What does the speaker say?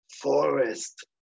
forest